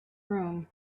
room